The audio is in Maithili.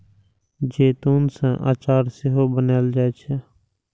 जैतून सं अचार सेहो बनाएल जाइ छै